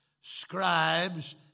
Scribes